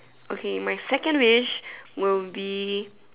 okay my second wish will be